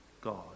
God